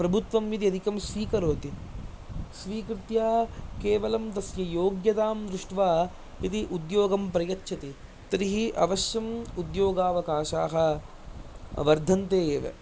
प्रभुत्वम् इति यदधिकं स्वीकरोति स्वीकृत्य केवलं तस्य योग्यतां दृष्ट्वा यदि उद्योगं प्रयच्छति तर्हि अवश्यम् उद्योगावकाशाः वर्धन्ते एव